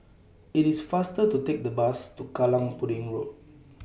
It's faster to Take The Bus to Kallang Pudding Road